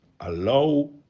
allow